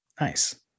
Nice